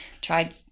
Tried